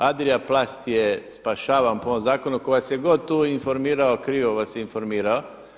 Adria plast je spašavan po ovom zakonu, tko vas je god tu informirao krivo vas je informirao.